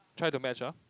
try to match ah